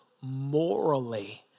morally